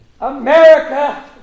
America